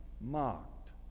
mocked